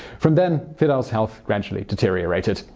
from then, fidel's health gradually deteriorated.